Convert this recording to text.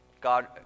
God